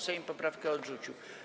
Sejm poprawkę odrzucił.